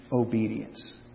obedience